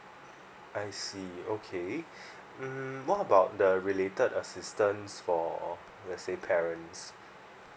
I see okay mm what about the related asisstance for let's say parents